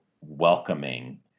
welcoming